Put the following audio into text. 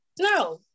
No